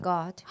God